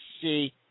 see